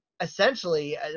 essentially